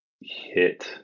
hit